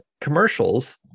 commercials